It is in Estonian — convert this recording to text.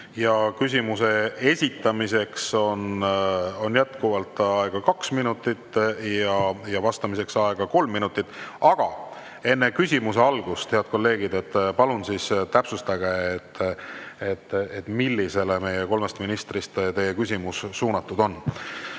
Küsimuse esitamiseks on aega kaks minutit ja sellele vastamiseks aega kolm minutit. Enne küsimuse algust, head kolleegid, palun täpsustage, millisele meie kolmest ministrist teie küsimus suunatud on.